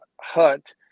hut